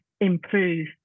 improve